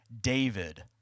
David